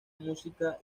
música